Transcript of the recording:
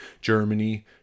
Germany